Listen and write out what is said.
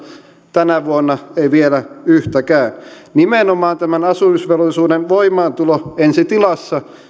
tänä vuonna ei vielä yhtäkään nimenomaan tämän asumisvelvollisuuden voimaantulolla ensi tilassa